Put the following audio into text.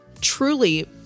truly